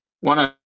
one